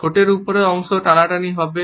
ঠোঁটের উপরের অংশ টানাটানি হবে